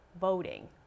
voting